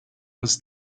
was